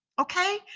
Okay